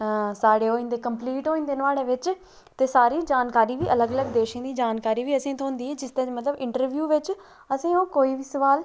साढ़े होई जंदे कंपलीट होई जंदे नुहाड़े बिच ते सारी जानकारी अलग अलग देशें दी जानकारी बी असेंगी थ्होंदे जेह्दे कन्नै अस इंटरव्यू बिच असें ई ओह् कोई बी सोआल पुच्छी सकदे न